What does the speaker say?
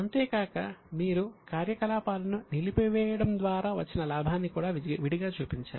అంతేకాక మీరు కార్యకలాపాలను నిలిపివేయడం ద్వారా వచ్చిన లాభాన్ని కూడా విడిగా చూపించాలి